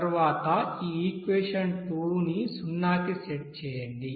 తర్వాత ఈక్వెషన్ 2 ని సున్నాకి సెట్ చేయండి